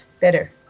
better